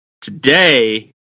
today